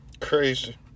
Crazy